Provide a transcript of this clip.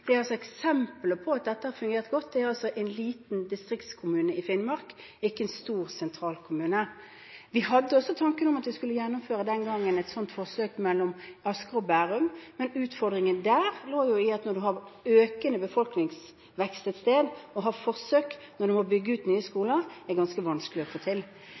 Det er altså eksempler på at dette har fungert godt. Dette er en liten distriktskommune i Finnmark, ikke en stor, sentral kommune. Vi hadde også den gangen tanken om at vi skulle gjennomføre et sånt forsøk i Asker og Bærum. Utfordringen der lå i at når du har økende befolkningsvekst et sted og har forsøk der du må bygge ut nye skoler, er det ganske vanskelig å få til.